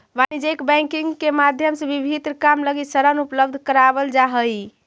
वाणिज्यिक बैंकिंग के माध्यम से विभिन्न काम लगी ऋण उपलब्ध करावल जा हइ